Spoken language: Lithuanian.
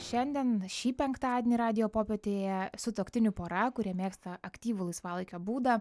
šiandien šį penktadienį radijo popietėje sutuoktinių pora kurie mėgsta aktyvų laisvalaikio būdą